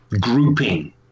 grouping